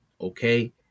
okay